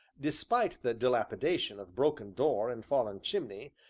despite the dilapidation of broken door and fallen chimney,